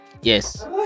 yes